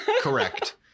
Correct